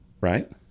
right